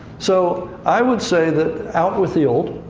so i would say that, out with the old,